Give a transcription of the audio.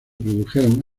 produjeron